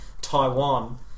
Taiwan